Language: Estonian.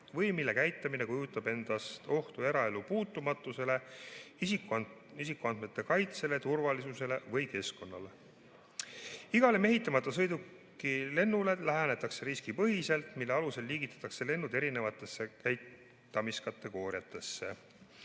või mille käitamine kujutab ohtu eraelu puutumatusele, isikuandmete kaitsele, turvalisusele või keskkonnale. Igale mehitamata sõiduki lennule lähenetakse riskipõhiselt, mille alusel liigitatakse lennud erinevatesse käitamiskategooriatesse.